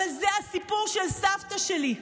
אבל זה הסיפור של סבתא שלי,